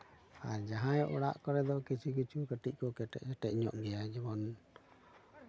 ᱟᱨ ᱡᱟᱦᱟᱸᱭᱟᱜ ᱚᱲᱟᱜ ᱠᱚᱨᱮ ᱫᱚ ᱠᱤᱪᱷᱩ ᱠᱤᱪᱷᱩ ᱠᱟᱹᱴᱤᱡ ᱠᱚ ᱠᱮᱴᱮᱡ ᱠᱮᱴᱮᱡ ᱧᱚᱜ ᱜᱮᱭᱟ ᱡᱮᱢᱚᱱ